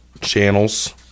channels